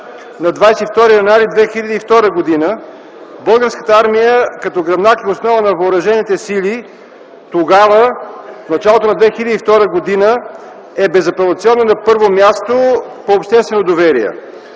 на 22 януари 2002 г. Българската армия като гръбнак и основа на въоръжените сили тогава, в началото на 2002 г., е безапелационно на първо място по обществено доверие.